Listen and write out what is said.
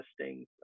testing